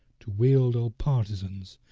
to wield old partisans,